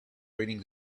reading